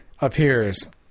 appears